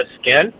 skin